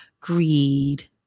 greed